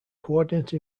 coordinate